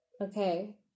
Okay